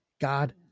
God